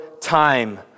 time